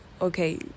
okay